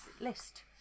list